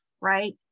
right